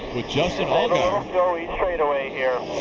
justin allgaier straightaway here.